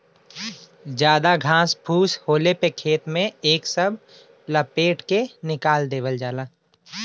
जादा घास फूस होले पे खेत में एके सब लपेट के निकाल देवल जाला